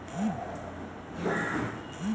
Bhim app से भी तू पईसा भेज सकेला